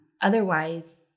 Otherwise